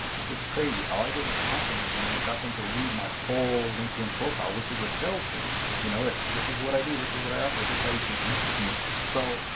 this is crazy. all i did was compliment them and it got them to read my whole linkedin profile which is a sales page, you know? this is what i do, this is what i offer, here's how you can connect with me. so,